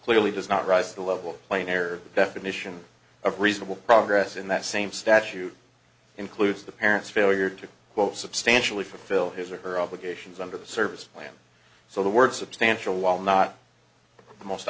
clearly does not rise to the level plain air the definition of reasonable progress in that same statute includes the parent's failure to quote substantially fulfill his or her obligations under the service plan so the word substantial while not